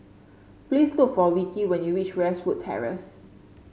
please look for Ricki when you reach Westwood Terrace